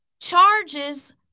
charges